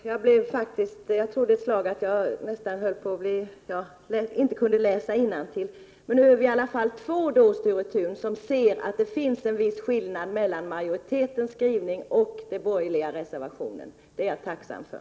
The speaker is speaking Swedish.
Fru talman! Jag trodde ett slag att jag inte kunde läsa innantill. Men nu är vi i alla fall två, Sture Thun, som sett att det finns en viss skillnad mellan majoritetens skrivning och den borgerliga reservationen. Det är jag tacksam för.